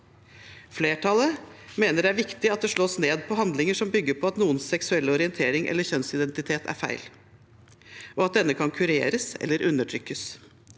Flertallet mener det er viktig at det slås ned på handlinger som bygger på at noens seksuelle orientering eller kjønnsidentitet er feil, og at denne kan kureres eller undertrykkes.